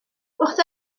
wrth